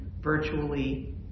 virtually